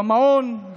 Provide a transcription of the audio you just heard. למעון,